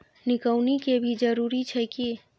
निकौनी के भी जरूरी छै की?